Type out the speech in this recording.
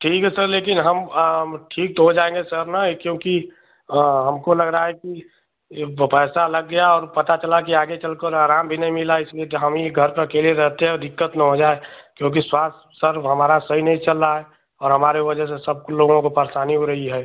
ठीक सर लेकिन हम ठीक तो हो जाएँगे सर ना क्योंकि हमको लग रहा है कि यह पैसा लग गया और पता चला कि आगे चलकर आराम भी नहीं मिला इसलिए कि हमीं घर पर अकेले रहते हैं और दिक्कत ना हो जाए क्योंकि स्वास्थ सर हमारा सही नहीं चल रहा है और हमारे वजह से सब लोगों को परेशानी हो रही है